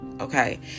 Okay